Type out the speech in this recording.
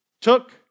Took